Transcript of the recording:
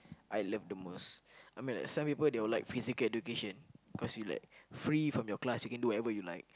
I love the most I mean like some people will like physical education cause you like free from your class you can do whatever you like